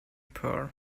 pearl